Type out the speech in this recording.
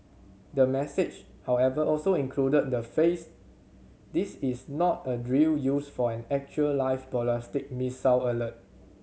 the message however also included the phrase this is not a drill used for an actual live ballistic missile alert